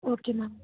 okay ma'am